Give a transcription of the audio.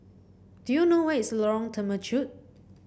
do you know where is Lorong Temechut